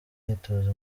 myitozo